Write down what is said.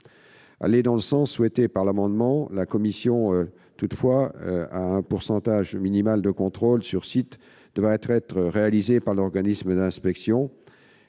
aller dans le sens souhaité par l'amendement, nous pourrions toutefois prévoir un pourcentage minimal de contrôles sur site devant être réalisés par l'organisme d'inspection.